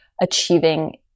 achieving